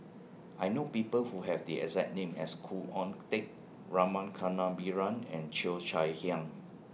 I know People Who Have The exact name as Khoo Oon Teik Rama Kannabiran and Cheo Chai Hiang